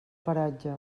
paratge